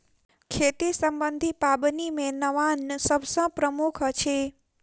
खेती सम्बन्धी पाबनि मे नवान्न सभ सॅ प्रमुख अछि